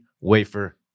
wafer